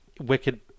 Wicked